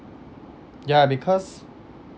ya because